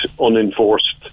unenforced